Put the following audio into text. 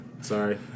Sorry